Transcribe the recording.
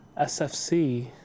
SFC